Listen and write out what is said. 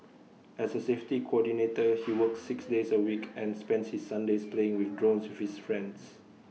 as A safety coordinator he works six days A week and spends his Sundays playing with drones with his friends